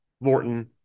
Morton